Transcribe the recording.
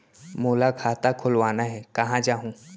मोला खाता खोलवाना हे, कहाँ जाहूँ?